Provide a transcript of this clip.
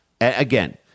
Again